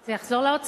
זה יחזור לאוצר.